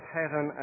heaven